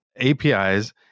APIs